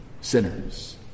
sinners